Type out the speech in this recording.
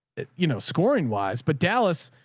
you know, scoring wise, but dallas,